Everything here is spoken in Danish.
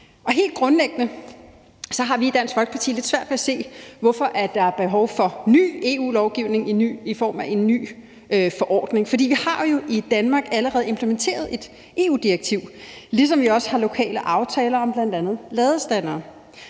Helt grundlæggende har vi i Dansk Folkeparti lidt svært ved at se, hvorfor der er behov for ny EU-lovgivning i form af en ny forordning. For vi har jo i Danmark allerede implementeret et EU-direktiv, ligesom vi også har lokale aftaler om bl.a. ladestandere,